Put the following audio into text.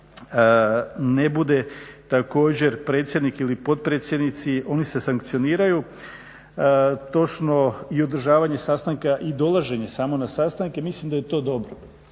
ne bude također predsjednik ili potpredsjednici oni se sankcioniraju. Točno i održavanje sastanka i dolaženje samo na sastanke mislim da je to dobro.